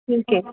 ठीक आहे